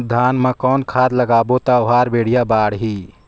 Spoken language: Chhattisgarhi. धान मा कौन खाद लगाबो ता ओहार बेडिया बाणही?